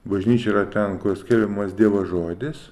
bažnyčia yra ten kur skelbiamas dievo žodis